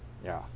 ya